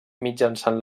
mitjançant